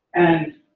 and.